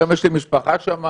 גם יש לי משפחה שם.